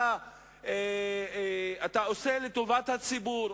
אתה עושה לטובת הציבור,